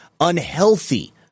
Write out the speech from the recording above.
unhealthy